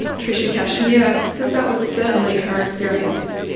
tricia cashmere says that was certainly her experience.